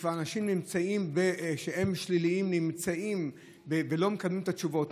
שנמצאו אנשים שליליים ולא מקבלים את התשובות,